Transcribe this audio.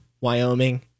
Wyoming